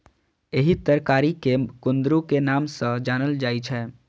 एहि तरकारी कें कुंदरू के नाम सं जानल जाइ छै